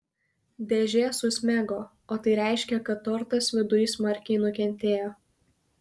dėžė susmego o tai reiškė kad tortas viduj smarkiai nukentėjo